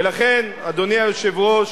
ולכן, אדוני היושב-ראש,